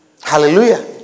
hallelujah